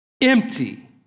empty